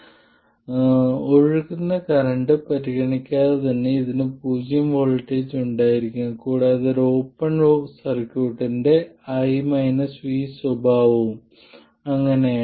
ഇത് ഇതാണ് ഒഴുകുന്ന കറന്റ് പരിഗണിക്കാതെ തന്നെ ഇതിന് പൂജ്യം വോൾട്ടേജ് ഉണ്ടായിരിക്കും കൂടാതെ ഒരു ഓപ്പൺ സർക്യൂട്ടിന്റെ I V സ്വഭാവവും അങ്ങനെയാണ്